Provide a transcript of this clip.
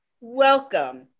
Welcome